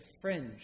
fringe